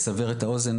רק כדי לסבר את האוזן,